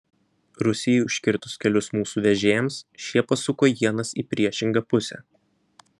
rusijai užkirtus kelius mūsų vežėjams šie pasuko ienas į priešingą pusę